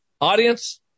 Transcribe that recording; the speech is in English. Audience